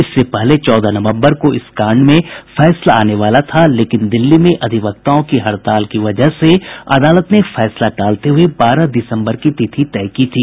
इससे पहले चौदह नवम्बर को इस कांड में फैसला आने वाला था लेकिन दिल्ली में अधिवक्ताओं की हड़ताल की वजह से अदालत ने फैसला टालते हुए बारह दिसम्बर की तिथि तय की थी